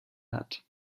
hat